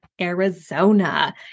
Arizona